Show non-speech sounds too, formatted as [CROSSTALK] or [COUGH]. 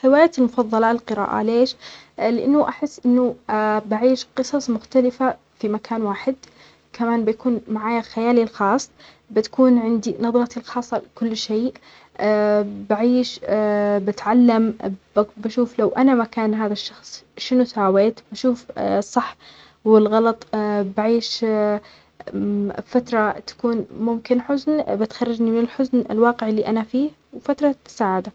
هوايتى المفظلة القراءة ليش [HESITATION] لأنه أحس أنو [HESITATION] بعيش قصص مختلفة في مكان واحد، كمان بيكون معايا خيالى الخاص، بتكون عندى نظرتى الخاصة لكل شيء [HESITATION] بعيش [HESITATION] بتعلم بق-بشوف لو أنا مكان هذا الشخص أيش كنت سويت، بشوف [HESITATION] الصح والغلط، [HESITATION] بعيش [HESITATION] فترة تكون ممكن حزن بتخرجنى من الحزن الواقع اللى أنا فيه وفترة سعادة.